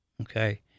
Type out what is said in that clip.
okay